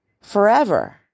forever